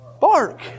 bark